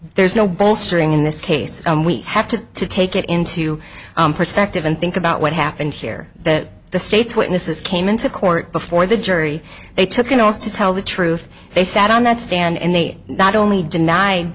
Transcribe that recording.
there's no bolstering in this case and we have to take it into perspective and think about what happened here the the state's witnesses came into court before the jury they took an oath to tell the truth they sat on that stand and they not only denied